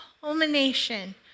culmination